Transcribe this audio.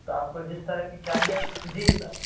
تو آپ کو جس طرح کی چاہیے جی سر